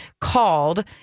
called